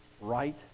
right